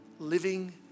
living